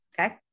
okay